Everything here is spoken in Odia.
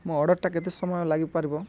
ମୋ ଅର୍ଡ଼ରଟା କେତେ ସମୟ ଲାଗିପାରିବ